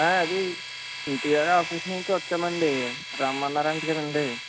అది ఇంటి కాడ ఆఫీస్ నుంచి వచ్చామండి రమ్మన్నారంట కదండి